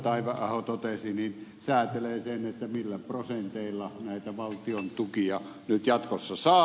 taiveaho totesi säätelee sen millä prosenteilla näitä valtion tukia nyt jatkossa saa